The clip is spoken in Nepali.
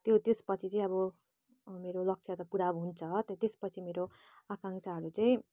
त्यो त्यसपछि चाहिँ अब अँ मेरो लक्ष्य त पुरा हुन्छ त्यसपछि मेरो आकाङ्क्षाहरू चाहिँ